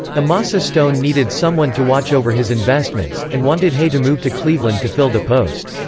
amasa stone needed someone to watch over his investments, and wanted hay to move to cleveland to fill the post.